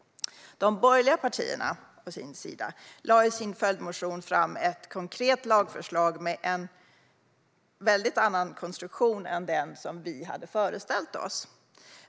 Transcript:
De borgerliga partierna lade i sin följdmotion fram ett konkret lagförslag med en annan konstruktion än den vi hade föreställt oss.